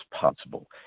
possible